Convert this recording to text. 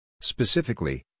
Specifically